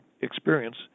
experience